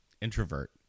introvert